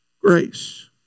Grace